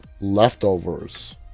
leftovers